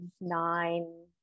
nine